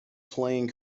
playing